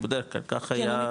כך היה,